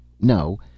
No